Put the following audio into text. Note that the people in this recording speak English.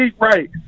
right